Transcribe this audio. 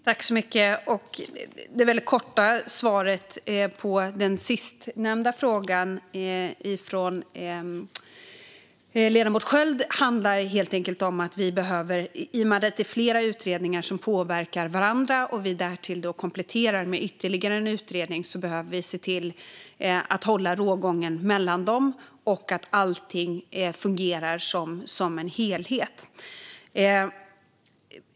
Herr talman! Det korta svaret på den sistnämnda frågan från ledamoten Sköld handlar helt enkelt om att i och med att det är flera utredningar som påverkar varandra, och regeringen därtill kompletterar med ytterligare en, behöver vi se till att hålla rågången mellan dem och att allting fungerar som en helhet.